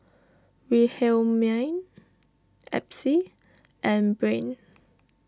Wilhelmine Epsie and Breanne